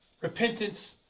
repentance